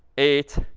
eight,